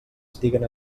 estiguen